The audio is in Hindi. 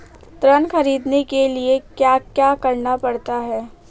ऋण ख़रीदने के लिए क्या करना पड़ता है?